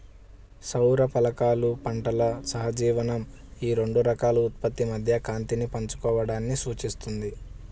సౌర ఫలకాలు పంటల సహజీవనం ఈ రెండు రకాల ఉత్పత్తి మధ్య కాంతిని పంచుకోవడాన్ని సూచిస్తుంది